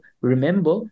remember